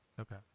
Okay